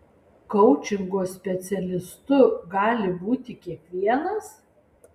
koučingo specialistu gali būti kiekvienas